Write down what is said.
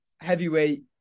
heavyweight